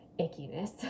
ickiness